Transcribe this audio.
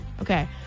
Okay